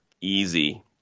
easy